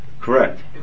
Correct